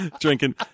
drinking